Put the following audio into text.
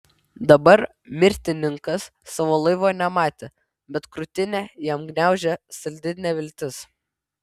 dabar mirtininkas savo laivo nematė bet krūtinę jam gniaužė saldi neviltis